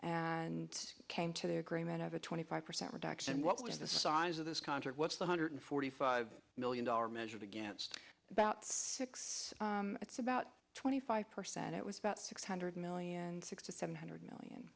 and came to the agreement of a twenty five percent reduction and what was the size of this contract what's the hundred forty five million dollars measured against about six it's about twenty five percent it was about six hundred million six to seven hundred million